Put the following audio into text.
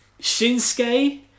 Shinsuke